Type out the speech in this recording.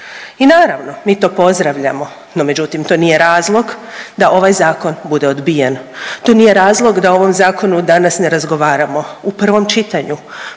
I naravno mi to pozdravljamo, no međutim to nije razlog da ovaj zakon bude obijen. To nije razlog da o ovom zakonu danas ne razgovaramo u prvom čitanju.